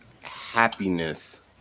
happiness